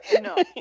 No